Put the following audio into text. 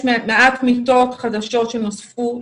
יש מעט מיטות חדשות שנוספו.